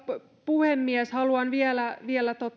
puhemies haluan vielä vielä